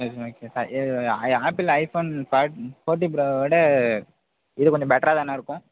ம் சரி okay sir Apple iPhone fourteen புரோவோடு இது கொஞ்சம் பெட்டரா தானே இருக்கும்